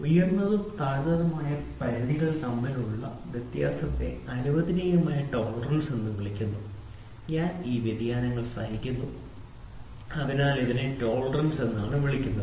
ഉയർന്നതും താഴ്ന്നതുമായ പരിധികൾ തമ്മിലുള്ള വ്യത്യാസത്തെ അനുവദനീയമായ ടോളറൻസ് എന്ന് വിളിക്കുന്നു ഞാൻ വ്യതിയാനങ്ങൾ സഹിക്കുന്നു അതിനാലാണ് ഇതിനെ ടോളറൻസ് എന്ന് വിളിക്കുന്നത്